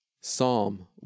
Psalm